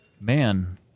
man